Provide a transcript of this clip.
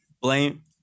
Blame